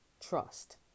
trust